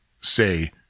say